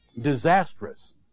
disastrous